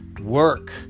work